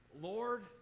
Lord